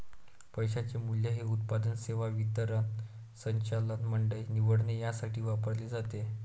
पैशाचे मूल्य हे उत्पादन, सेवा वितरण, संचालक मंडळ निवडणे यासाठी वापरले जाते